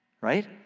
right